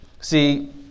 See